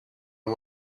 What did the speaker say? and